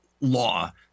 law